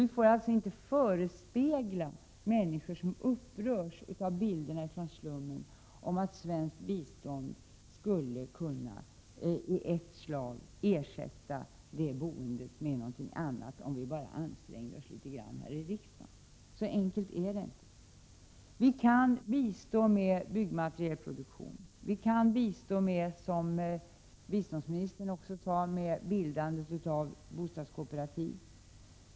Vi får alltså inte förespegla människor som upprörs av bilderna från slummen att ett svenskt bistånd skulle kunna i ett slag ersätta det boendet med någonting annat, om vi bara ansträngde oss litet grand här i riksdagen. Så enkelt är det inte. Vi kan bistå med byggmaterialproduktion. Vi kan bistå, som biståndsministern också sade, med bildandet av bostadskooperativ.